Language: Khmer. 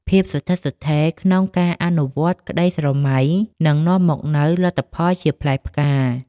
ភាពស្ថិតស្ថេរ ក្នុងការអនុវត្តក្តីស្រមៃ នឹងនាំមកនូវលទ្ធផលជាផ្លែផ្កា។